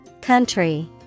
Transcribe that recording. Country